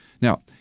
Now